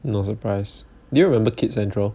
no surprise did you remember kids central